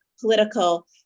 political